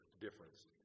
difference